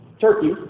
Turkey